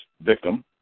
victim